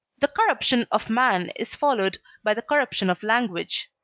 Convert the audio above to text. the corruption of man is followed by the corruption of language.